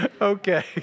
Okay